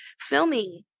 filming